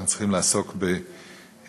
אנחנו צריכים לעסוק במשהו,